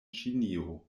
ĉinio